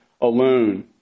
alone